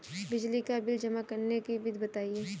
बिजली का बिल जमा करने की विधि बताइए?